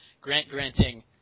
Grant-granting